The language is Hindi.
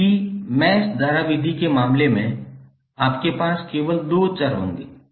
जबकि मैश धारा विधि के मामले में आपके पास केवल 2 चर होंगे